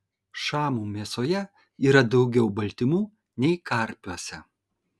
šamų mėsoje yra daugiau baltymų nei karpiuose